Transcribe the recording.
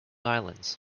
islands